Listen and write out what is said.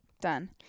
Done